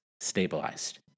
stabilized